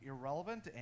irrelevant